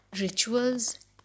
rituals